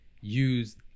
use